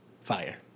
Fire